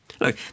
Look